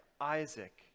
Isaac